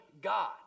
God